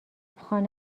خانه